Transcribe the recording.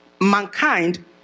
mankind